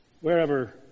wherever